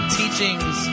teachings